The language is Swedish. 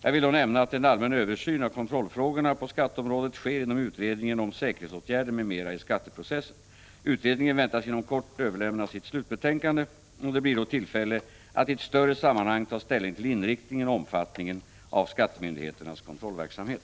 Jag vill då nämna att en allmän översyn av kontrollfrågorna på skatteområdet sker inom utredningen om säkerhetsåtgärder m.m. i skatteprocessen. Utredningen väntas inom kort överlämna sitt slutbetänkande, och det blir då tillfälle att i ett större sammanhang ta ställning till inriktningen och omfattningen av skattemyndigheternas kontrollverksamhet.